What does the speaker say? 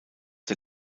der